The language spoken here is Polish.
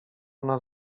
nas